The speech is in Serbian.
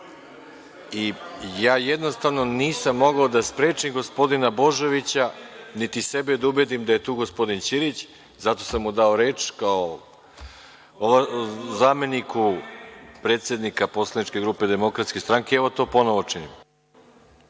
Ja jednostavno nisam mogao da sprečim gospodina Božovića, niti sebe da ubedim da je tu gospodin Ćirić, zato sam mu dao reč, kao zameniku predsednika Poslaničke grupe DS i, evo, to ponovi činim.